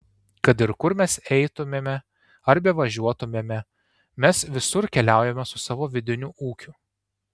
kad ir kur mes eitumėme ar bevažiuotumėme mes visur keliaujame su savo vidiniu ūkiu